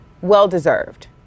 Well-deserved